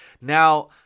now